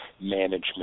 management